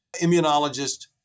immunologist